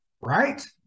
Right